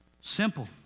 Simple